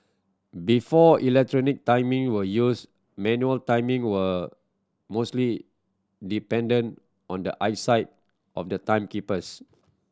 before electronic timing were used manual timing were mostly dependent on the eyesight of the timekeepers